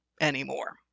anymore